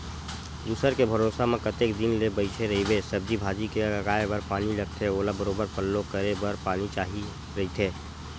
दूसर के भरोसा म कतेक दिन ले बइठे रहिबे, सब्जी भाजी के लगाये बर पानी लगथे ओला बरोबर पल्लो करे बर पानी चाही रहिथे